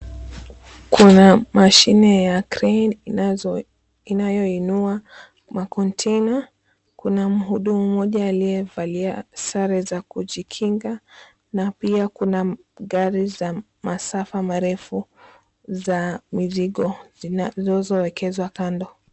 Kuna mashine ya kreni inayoinua maconteina, kuna mhudumu aliyevalia sare ya kujikinga na pia kuna gari za masafa marefu za mzingo zinazoekezwa kando.